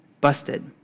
Busted